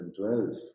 2012